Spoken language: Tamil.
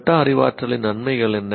மெட்டா அறிவாற்றலின் நன்மைகள் என்ன